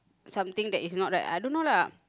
something that is not right I don't know lah